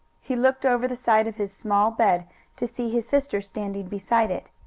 he looked over the side of his small bed to see his sister standing beside it.